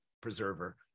preserver